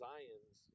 Zion's